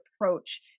approach